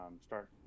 start